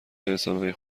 انسانهای